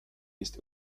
ist